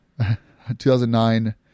2009